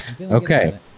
Okay